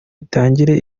itangire